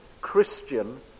Christian